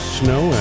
snow